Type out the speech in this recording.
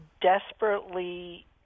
desperately